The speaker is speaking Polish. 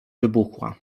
wybuchła